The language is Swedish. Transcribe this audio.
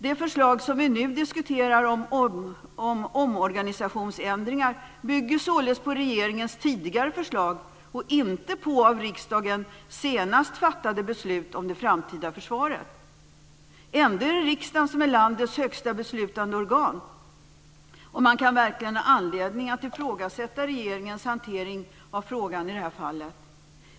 Det förslag som vi nu diskuterar, om organisationsändringar, bygger således på regeringens tidigare förslag, och inte på det av riksdagen senast fattade beslutet om det framtida försvaret. Ändå är det riksdagen som är landets högsta beslutande organ! Man kan verkligen ha anledning att ifrågasätta regeringens hantering av frågan i det här fallet.